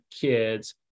kids